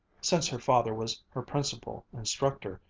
since her father was her principal instructor,